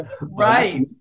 right